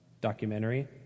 documentary